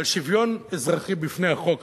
על שוויון אזרחי בפני החוק.